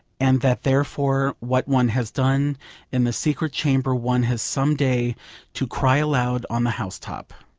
and that therefore what one has done in the secret chamber one has some day to cry aloud on the housetop.